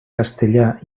castellà